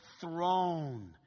throne